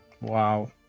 wow